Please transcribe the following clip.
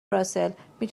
راسل، می